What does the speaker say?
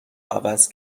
عوض